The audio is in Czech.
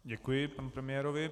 Děkuji panu premiérovi.